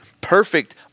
Perfect